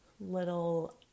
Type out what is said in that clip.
little